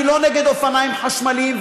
אני לא נגד אופניים חשמליים,